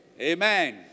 Amen